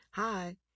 Hi